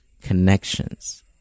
connections